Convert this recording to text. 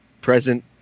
present